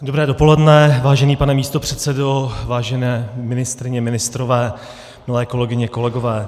Dobré dopoledne, vážený pane místopředsedo, vážené ministryně, ministři, milé kolegyně, kolegové.